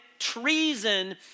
treason